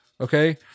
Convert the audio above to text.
okay